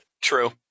True